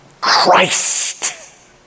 Christ